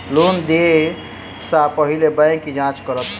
Loan देय सा पहिने बैंक की जाँच करत?